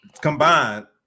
combined